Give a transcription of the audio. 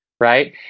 right